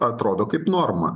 atrodo kaip norma